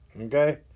Okay